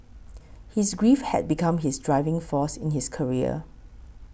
his grief had become his driving force in his career